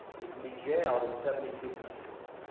you can be jailed in seventy two countries.